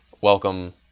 welcome